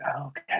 okay